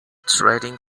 trading